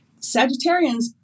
Sagittarians